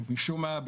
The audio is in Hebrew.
משום מה,